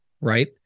right